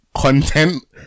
content